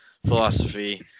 Philosophy